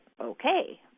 okay